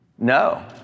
No